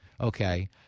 Okay